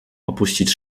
opuścić